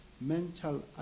mental